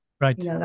Right